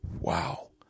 wow